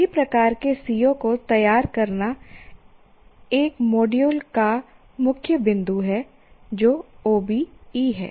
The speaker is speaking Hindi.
सही प्रकार के CO को तैयार करना एक मॉड्यूल का मुख्य बिंदु है जो OBE है